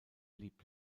blieb